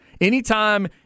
Anytime